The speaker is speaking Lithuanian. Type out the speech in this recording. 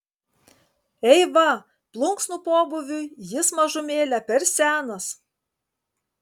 eiva plunksnų pobūviui jis mažumėlę per senas